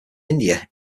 india